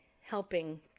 helping